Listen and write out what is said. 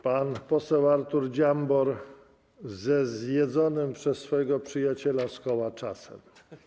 Pan poseł Artur Dziambor ze zjedzonym przez swojego przyjaciela z koła czasem.